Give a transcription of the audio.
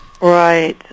Right